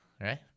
right